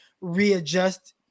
readjust